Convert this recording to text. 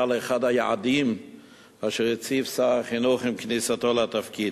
לאחד היעדים אשר הציב שר החינוך עם כניסתו לתפקיד.